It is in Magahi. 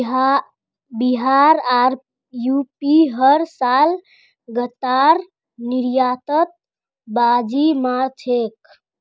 बिहार आर यू.पी हर साल गन्नार निर्यातत बाजी मार छेक